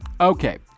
okay